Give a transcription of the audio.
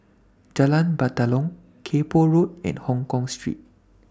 Jalan Batalong Kay Poh Road and Hongkong Street